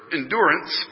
endurance